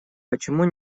почему